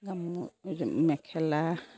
গামো মেখেলা